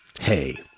hey